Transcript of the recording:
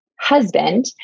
husband